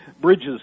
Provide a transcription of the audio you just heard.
Bridges